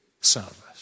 service